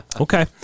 Okay